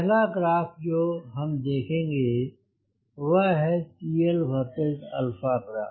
पहला ग्राफ जो हम देखेंगे वह है CL versus ग्राफ